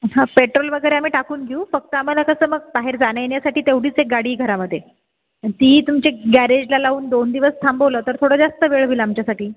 हं पेट्रोल वगैरे आम्ही टाकून घेऊ फक्त आम्हाला कसं मग बाहेर जाण्यायेण्यासाठी तेवढीच एक गाडी घरामध्ये अन् तीही तुमच्या गॅरेजला लावून दोन दिवस थांबवलं तर थोडं जास्त वेळ होईल आमच्यासाठी